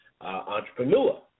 entrepreneur